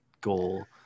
goal